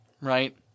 right